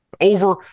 Over